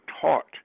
taught